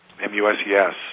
M-U-S-E-S